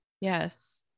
Yes